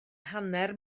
hanner